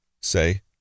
Say